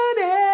money